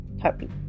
Heartbeat